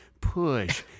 push